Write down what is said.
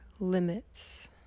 limits